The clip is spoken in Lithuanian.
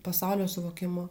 pasaulio suvokimu